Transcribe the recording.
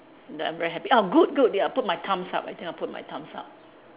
the I'm very happy ah good good ya I put my thumbs up I think I put my thumbs up